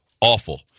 Awful